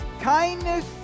kindness